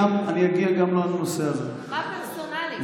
מה פרסונלי פה?